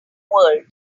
world